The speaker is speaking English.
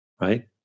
right